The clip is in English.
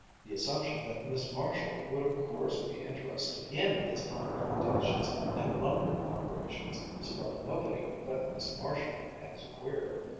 the assumption that miss marshall would of course be interested in his pine plantations and lumbering operations struck nobody but miss marshall as queer.